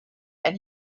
and